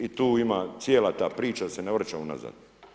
I tu ima cijela ta priča da se ne vraćam unazad.